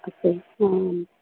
अच्च हाम्